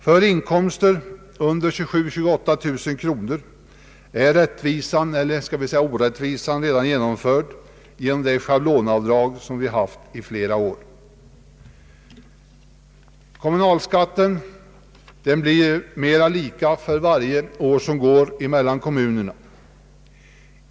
För inkomster under 27000 å 28 000 kronor är rättvisan, eller skall vi säga orättvisan, redan genomförd genom det schablonavdrag som vi haft i flera år. Kommunalskatten blir för varje år som går mer lika mellan kommunerna.